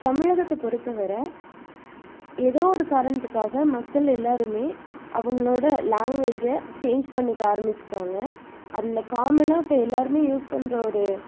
தமிழகத்தை பொறுத்த வர எதோ ஒரு காரணத்துக்காக மக்கள் எல்லாருமே அவங்களோட லேங்குவேஜை சேஞ்ச் பண்ணிக்க ஆரமிச்சிவிட்டாங்க அதில் காமனாக இப்போ எல்லாருமே யூஸ் பண்ணுற ஒரு